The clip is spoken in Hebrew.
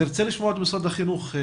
נרצה לשמוע את משרד החינוך.